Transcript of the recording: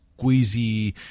squeezy